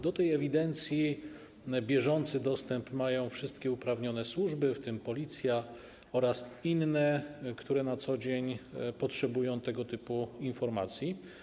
Do tej ewidencji bieżący dostęp mają wszystkie uprawnione służby, w tym Policja, oraz inne, które na co dzień potrzebują tego typu informacji.